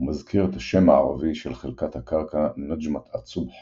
ומזכיר את השם הערבי של חלקת הקרקע, נג'מת א-צבח